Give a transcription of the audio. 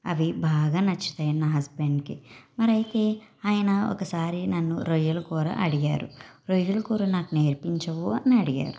అవి బాగా నచ్చుతాయి నా హస్బెండ్కిి మరి అయితే ఆయన ఒకసారి నన్ను రొయ్యల కూర అడిగారు రొయ్యలు కూర నాకు నేర్పించవూ అని అడిగారు